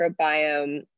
microbiome